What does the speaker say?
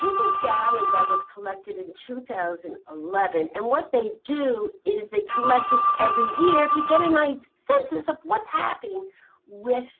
this is data that was collected in two thousand and eleven and what they do is they collect it every year to get a nice census of what's happening with